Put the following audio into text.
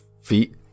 feet